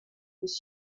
was